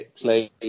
play